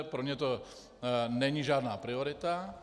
Pro ně to není žádná priorita.